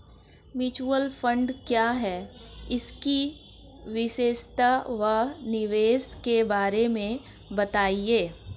Mutual fund क्या है इसकी विशेषता व निवेश के बारे में बताइये?